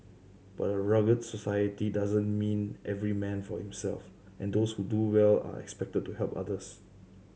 but a rugged society doesn't mean every man for himself and those who do well are expected to help others